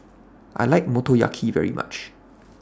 I like Motoyaki very much